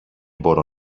μπορώ